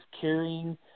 carrying